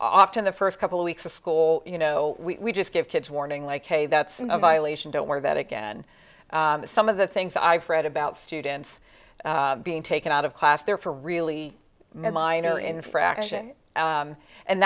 often the first couple of weeks of school you know we just give kids warning like hey that's a violation don't worry that again some of the things i've read about students being taken out of class there for a really minor infraction